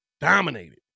dominated